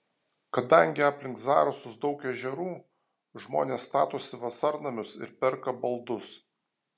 kadangi aplink zarasus daug ežerų žmonės statosi vasarnamius ir perka baldus